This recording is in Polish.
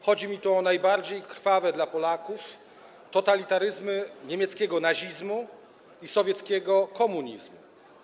Chodzi mi tu o najbardziej krwawe dla Polaków totalitaryzmy - niemiecki nazizm i sowiecki komunizm.